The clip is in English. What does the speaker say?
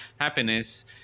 happiness